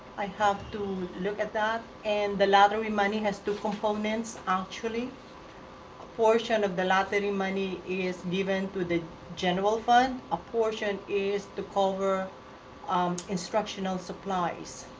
i have to look at that. and the lottery money has two components, actually. a portion of the lottery money is given to the general fund. a portion is to cover um instructional supplies.